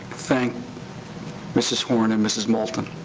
thanked mrs. horne and mrs. moulton.